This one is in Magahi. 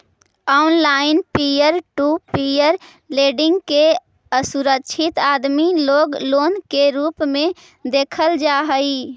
online peer to peer lending के असुरक्षित आदमी लोग लोन के रूप में देखल जा हई